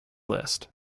list